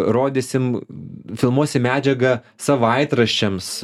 rodysim filmuosim medžiagą savaitraščiams